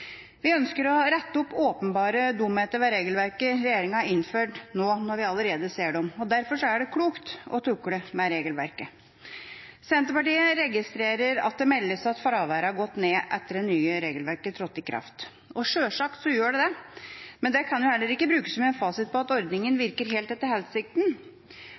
Vi ønsker å rette opp åpenbare dumheter ved regelverket regjeringa har innført, nå når vi allerede ser dem. Derfor er det klokt å tukle med regelverket. Senterpartiet registrerer at det meldes at fraværet har gått ned etter at det nye regelverket trådte i kraft. Selvsagt gjør det det. Men det kan ikke brukes som en fasit på at ordningen virker etter hensikten,